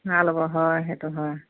ভাল হ'ব হয় সেইটো হয়